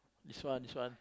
this one this one